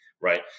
right